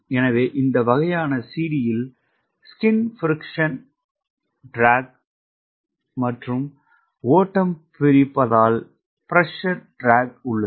எனவே இந்த வகையான CD யில் ஸ்கின் பிரிக்க்ஷன் கூறு மற்றும் ஓட்டம் பிரிப்பதால் பிரஷர் ட்ராக் உள்ளது